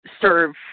serve